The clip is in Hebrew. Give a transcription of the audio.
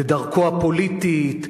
ודרכו הפוליטית,